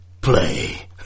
play